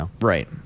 Right